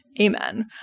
Amen